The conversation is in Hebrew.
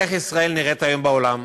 איך ישראל נראית היום בעולם?